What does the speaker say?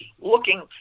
looking